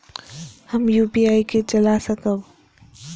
हम यू.पी.आई के चला सकब?